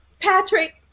Patrick